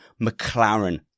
McLaren